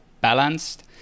balanced